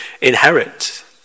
inherit